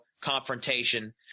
confrontation